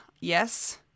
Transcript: Yes